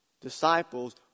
disciples